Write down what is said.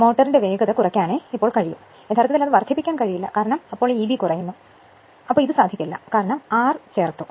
മോട്ടോറിന്റെ വേഗത കുറയ്ക്കാനേ കഴിയൂ യഥാർത്ഥത്തിൽ അത് വർദ്ധിപ്പിക്കാൻ കഴിയില്ല കാരണം ഈ ഇബി കുറയുന്നു യഥാർത്ഥത്തിൽ ഇത് സാധിക്കില്ല കാരണം r ചേർത്തു